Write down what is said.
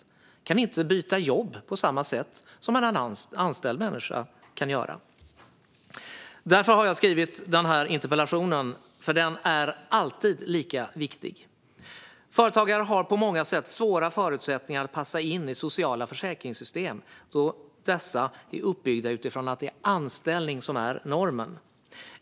Företagare kan inte byta jobb på samma sätt som en anställd människa kan göra. Därför har jag skrivit den här interpellationen, för den här frågan är alltid lika viktig. Företagare har på många sätt svåra förutsättningar att passa in i sociala försäkringssystem då dessa är uppbyggda utifrån att anställning är normen.